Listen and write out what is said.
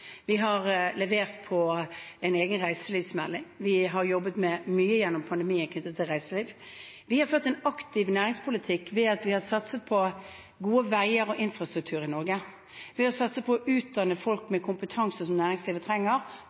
Vi har levert på en egen reiselivsmelding. Vi har jobbet med mye knyttet til reiseliv gjennom pandemien. Vi har ført en aktiv næringspolitikk ved å satse på gode veier og infrastruktur i Norge, ved å satse på å utdanne folk med kompetanse som næringslivet trenger,